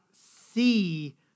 see